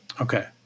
Okay